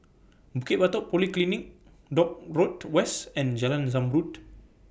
Bukit Batok Polyclinic Dock Road West and Jalan Zamrud